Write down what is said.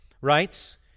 writes